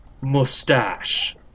mustache